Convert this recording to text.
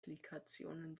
implikationen